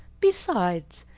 besides,